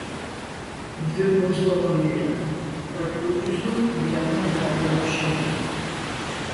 dvi bostono lėlės prakiurdžiusios viena kitai lopšinę